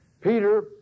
Peter